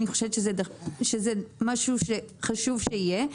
אני חושבת שחשוב שהמידע הזה יהיה.